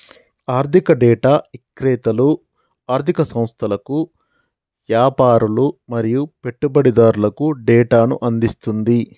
ఆర్ధిక డేటా ఇక్రేతలు ఆర్ధిక సంస్థలకు, యాపారులు మరియు పెట్టుబడిదారులకు డేటాను అందిస్తుంది